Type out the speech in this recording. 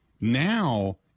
Now